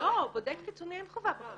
לא, בודק חיצוני אין חובה בחוק.